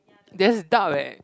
there's dub eh